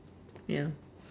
ya